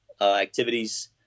activities